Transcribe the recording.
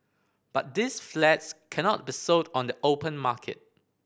but these flats cannot be sold on the open market